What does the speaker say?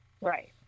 Right